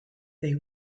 they